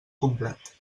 complet